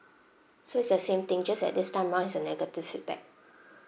so is the same thing just that this time round is a negative feedback